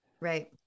Right